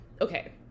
okay